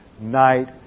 night